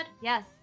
Yes